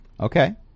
Okay